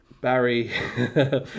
Barry